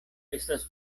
estas